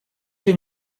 się